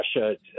Russia